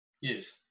Yes